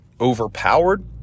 overpowered